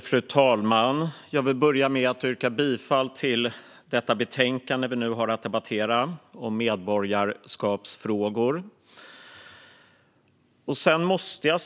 Fru talman! Jag vill börja med att yrka bifall till utskottets förslag i detta betänkande om medborgarskapsfrågor som vi nu debatterar.